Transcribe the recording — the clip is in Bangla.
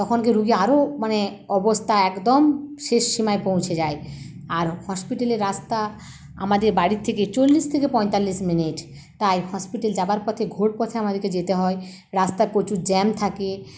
তখন রুগী আরো মানে অবস্থা একদম শেষ সীমায় পৌঁছে যায় আর হসপিটালের রাস্তা আমাদের বাড়ি থেকে চল্লিশ থেকে পঁয়তাল্লিশ মিনিট তাই হসপিটাল যাওয়ার পথে ঘোরপথে আমাদেরকে যেতে হয় রাস্তায় প্রচুর জ্যাম থাকে